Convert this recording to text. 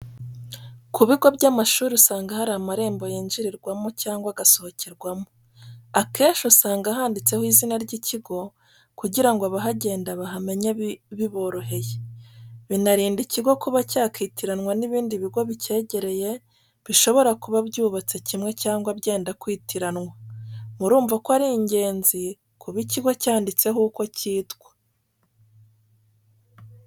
Ku bigo by'amashuri usanga hari amarembo yinjirirwamo cyangwa agasohokerwamo. Akenshi usanga handitseho izina ry'ikigo kugira ngo abahagenda bahamenye biboroheye. Binarinda ikigo kuba cyakitiranwa n'ibindi bigo bicyegereye bishobora kuba byubatswe kimwe cyangwa byenda kwitirana. Murumva ko ari ingenzi kuba ikigo cyanditseho uko cyitwa.